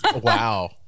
Wow